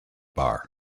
bar